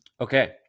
Okay